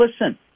listen